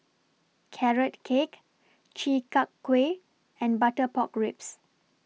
Carrot Cake Chi Kak Kuih and Butter Pork Ribs